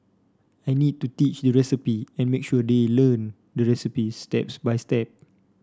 I need to teach the recipe and make sure they learn the recipes steps by step